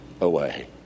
away